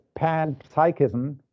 panpsychism